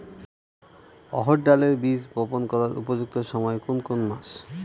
অড়হড় ডালের বীজ বপন করার উপযুক্ত সময় কোন কোন মাস?